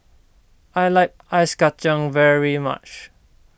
I like Ice Kachang very much